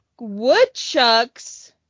woodchucks